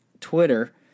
Twitter